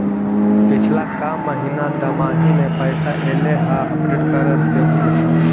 पिछला का महिना दमाहि में पैसा ऐले हाल अपडेट कर देहुन?